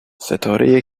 ستاره